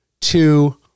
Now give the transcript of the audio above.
Two